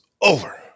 over